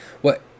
What